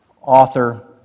author